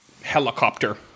helicopter